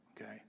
okay